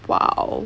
!wow!